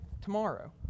tomorrow